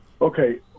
Okay